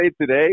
today